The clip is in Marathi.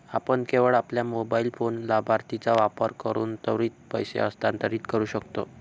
आपण केवळ आपल्या मोबाइल फोन लाभार्थीचा वापर करून त्वरित पैसे हस्तांतरित करू शकता